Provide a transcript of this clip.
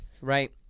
Right